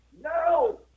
No